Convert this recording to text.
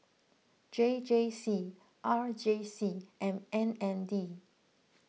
J J C R J C and M N D